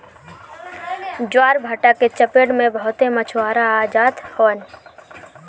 ज्वारभाटा के चपेट में बहुते मछुआरा आ जात हवन